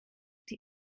die